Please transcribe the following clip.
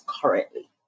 currently